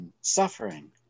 suffering